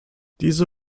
diese